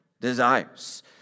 desires